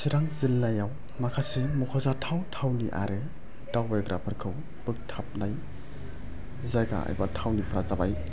चिरां जिल्लायाव माखासे मखजाथाव थावनि आरो दावबायग्राफोरखौ जायगा एबा थावनिफ्रा जाबाय